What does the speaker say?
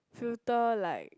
filter like